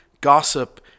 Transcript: gossip